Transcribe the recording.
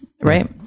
right